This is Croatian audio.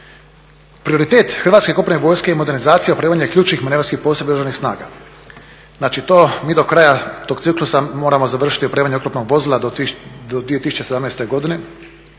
Prioritete hrvatske kopnene vojske je modernizacija i opremanje ključnih manevarskih postrojbi Oružanih snaga. Znači to mi do kraja tog ciklusa moramo završiti opremanje oklopnog vozila do 2017. godina